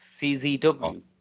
CZW